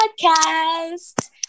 podcast